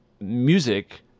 music